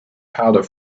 powder